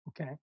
Okay